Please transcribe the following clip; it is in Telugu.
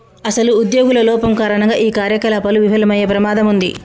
అసలు ఉద్యోగుల లోపం కారణంగా ఈ కార్యకలాపాలు విఫలమయ్యే ప్రమాదం ఉంది